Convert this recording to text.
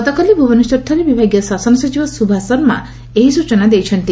ଗତକାଲି ଭୁବନେଶ୍ୱରଠାରେ ବିଭାଗୀୟ ଶାସନ ସଚିବ ସୁଭା ଶର୍ମା ଏହି ସ୍ଟଚନା ଦେଇଛନ୍ତି